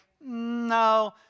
No